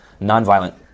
nonviolent